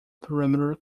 parameter